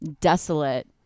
desolate